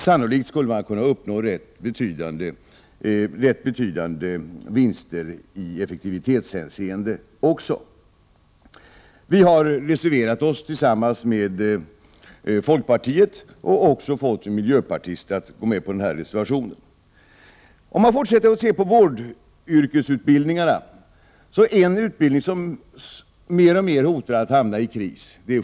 Sannolikt skulle man då kunna uppnå rätt betydande vinster också i effektivitetshänseende. Vi har reserverat oss tillsammans med folkpartiet och också fått en miljöpartist att ställa sig bakom reservationen. Sjukgymnastutbildningen hotar att mer och mer hamna i kris.